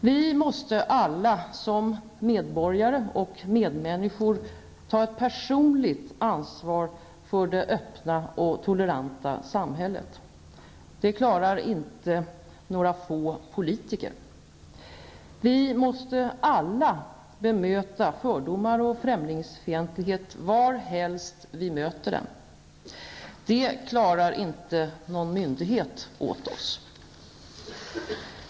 Vi måste alla som medborgare och medmänniskor ta ett personligt ansvar för det öppna och toleranta samhället. Det klarar inte några få politiker. Vi måste alla bemöta fördomar och främlingsfientlighet varhelst vi möter dem. Det klarar inte någon myndighet åt oss.